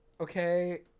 okay